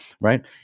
right